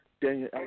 Daniel